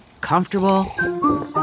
Comfortable